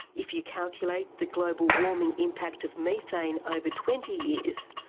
if you calculate the global warming impact of methane over twenty years,